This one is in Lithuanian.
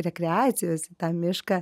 rekreacijos į tą mišką